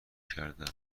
کردم